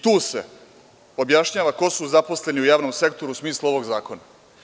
Tu se objašnjava ko su zaposleni u javnom sektoru u smislu ovog zakona.